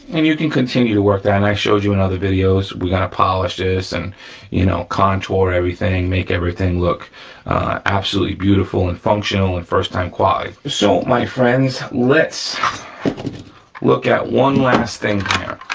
and you can continue to work that and i showed you in other videos, we gotta polish this and you know contour everything, make everything look absolutely beautiful and functional and first time quality. so my friends, let's look at one last thing here.